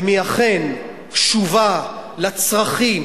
ואם היא אכן תשובה על צרכים